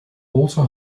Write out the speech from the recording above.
also